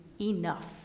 enough